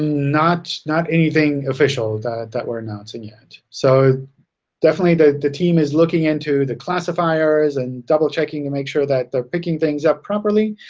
not not anything official that we're announcing yet. so definitely the the team is looking into the classifiers and double-checking to and make sure that they're picking things up properly.